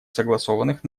согласованных